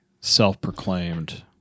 self-proclaimed